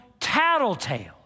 tattletales